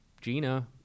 Gina